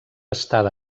estada